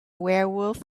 werewolf